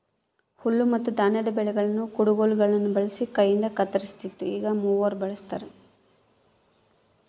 ಹುಲ್ಲುಮತ್ತುಧಾನ್ಯದ ಬೆಳೆಗಳನ್ನು ಕುಡಗೋಲುಗುಳ್ನ ಬಳಸಿ ಕೈಯಿಂದಕತ್ತರಿಸ್ತಿತ್ತು ಈಗ ಮೂವರ್ ಬಳಸ್ತಾರ